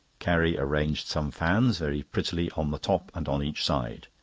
carrie arranged some fans very prettily on the top and on each side.